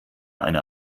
einer